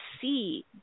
see